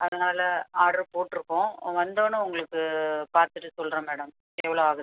அதனாலே ஆர்டர் போட்டிருக்கோம் வந்தோடன்ன உங்களுக்கு பார்த்துட்டு சொல்கிறேன் மேடம் எவ்வளோ ஆகுதுன்னு